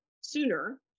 sooner